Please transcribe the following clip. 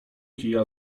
kija